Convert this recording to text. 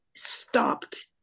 Stopped